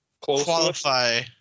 qualify